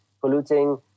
polluting